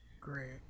great